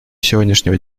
сегодняшнего